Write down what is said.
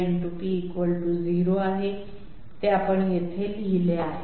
p 0 आहे ते आपण येथे लिहिले आहे